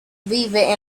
vive